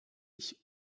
ich